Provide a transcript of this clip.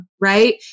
right